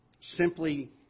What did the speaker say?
simply